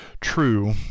True